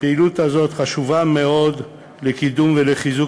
הפעילות הזאת חשובה מאוד לקידום ולחיזוק